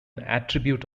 attribute